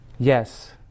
Yes